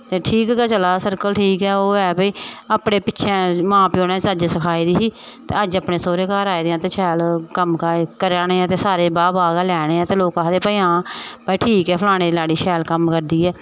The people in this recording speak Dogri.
ते ठीक गै चला दा सर्कल ठीक गै ओह् ऐ भाई अपने पिच्छे मां प्यो ने चज्ज सखाई दी ही ते अज्ज अपने सौह्रे घर आए दे आं ते शैल कम्मकाज़ करा ने आं ते सारें दे बाह् बाह् लै ने आं ते लोग आखदे हां भाई ठीक ऐ फलानें दी लाड़ी शैल कम्म करदी ऐ